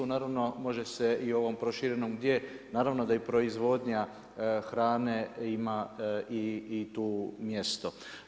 Naravno, može se i u ovom proširenom gdje, naravno da i proizvodnja, hrane ima i tu mjesto.